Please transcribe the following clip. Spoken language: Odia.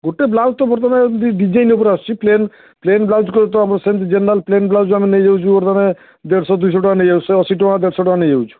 ଗୋଟେ ବ୍ଲାଉଜ୍ ତ ବର୍ତ୍ତମାନ ଏମତି ଡିଜାଇନ୍ ଉପରେ ଆସୁଛି ପ୍ଲେନ୍ ପ୍ଲେନ୍ ବ୍ଲାଉଜ୍ କରିଲେ ତ ଆପଣ ସେମତି ଜେନେରାଲ୍ ପ୍ଲେନ୍ ବ୍ଲାଉଜ୍ ଆମେ ନେଇଯାଉଛୁ ବର୍ତ୍ତମାନ ଦେଢ଼ଶହ ଦୁଇଶହ ଟଙ୍କା ନେଇଯାଉଛୁ ଶହେ ଅଶୀ ଟଙ୍କା ଦେଢ଼ଶହ ଟଙ୍କା ନେଇଯାଉଛୁ